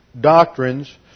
doctrines